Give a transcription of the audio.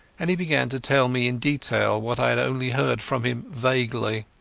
and he began to tell me in detail what i had only heard from him vaguely.